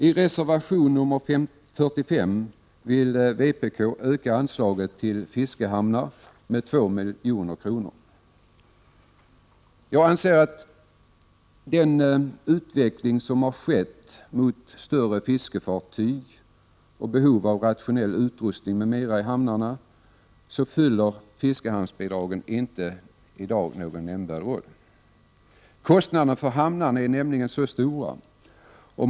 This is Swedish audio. I reservation nr 45 vill vpk öka anslaget till fiskehamnar med 2 milj.kr. Jag anser att med den utveckling som har skett mot större fiskefartyg och behov av rationell utrustning m.m. i hamnarna, spelar inte fiskehamnsbidragen någon nämnvärd roll i dag. Kostnaderna för hamnarna är nämligen så stora.